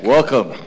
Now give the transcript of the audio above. Welcome